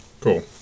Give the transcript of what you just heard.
Cool